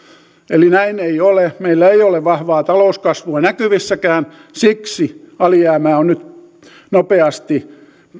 eli näin ei ole meillä ei ole vahvaa talouskasvua näkyvissäkään siksi alijäämää on nyt nopeasti